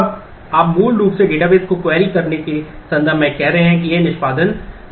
अब आप मूल रूप से डेटाबेस को क्वेरी करने के संदर्भ में कह रहे हैं कि यह निष्पादित करता है